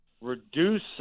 reduce